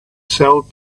sell